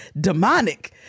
demonic